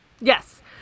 Yes